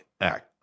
Act